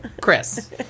Chris